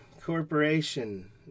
corporation